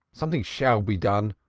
something shall be done,